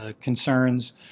concerns